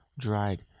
dried